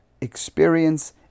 Experience